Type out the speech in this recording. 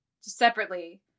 separately